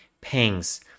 pangs